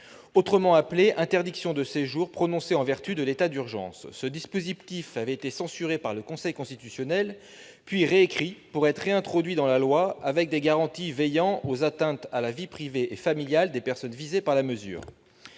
Autrement appelé « interdiction de séjour prononcée en vertu de l'état d'urgence », ce dispositif avait été censuré par le Conseil constitutionnel, puis réécrit pour être réintroduit dans la loi, avec des garanties contre les atteintes à la vie privée et familiale des personnes visées par la mesure.